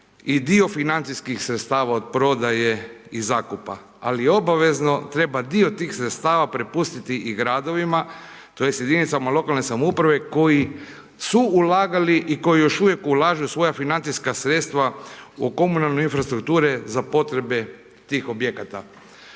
i dio financijskih sredstava od prodaje i zakupa, ali obavezno treba dio tih sredstava prepustiti i gradovima, tj. jedinicama lokalne samouprave koji su ulagali i koji još uvijek ulažu svoja financijska sredstva u komunalne infrastrukture za potrebe tih objekata.